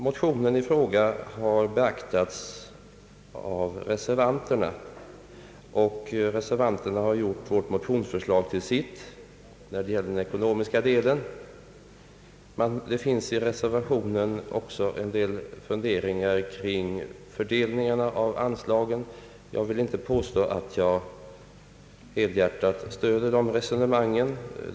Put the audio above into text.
Motionen har beaktats av reservanterna, och reservanterna har gjort vårt motionsförslag till sitt när det gäller den ekonomiska delen. Det finns i reservationen också en del funderingar kring fördelningen av anslagen. Jag vill inte påstå att jag helhjärtat stöder reservanternas resonemang.